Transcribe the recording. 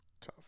tough